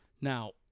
Now